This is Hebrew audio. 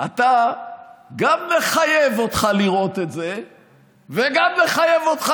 גם נחייב אותך לראות את זה וגם נחייב אותך